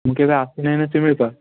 ମୁଁ କେବେ ଆସି ନାହିଁ ନା ଶିମିଳିପାଳ